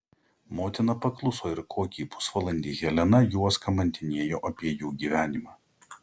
motina pakluso ir kokį pusvalandį helena juos kamantinėjo apie jų gyvenimą